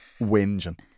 whinging